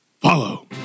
Follow